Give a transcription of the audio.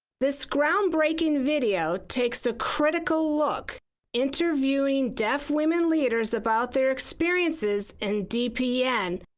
this groundbreaking video takes a critical look interviewing deaf women leaders about their experiences in dpn,